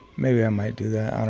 maybe i might do that. i don't